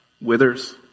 withers